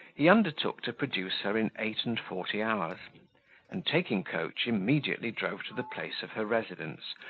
he undertook to produce her in eight-and-forty hours and, taking coach, immediately drove to the place of her residence,